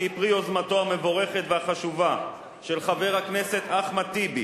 שהיא פרי יוזמתם המבורכת והחשובה של חבר הכנסת אחמד טיבי